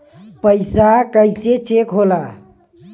पैसा कइसे चेक होला?